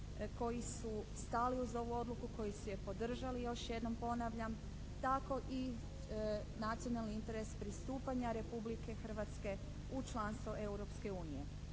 koji su stali uz ovu odluku, koji su je podržali još jednom ponavljam tako i nacionalni interes pristupanja Republike Hrvatske u članstvo